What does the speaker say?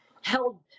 held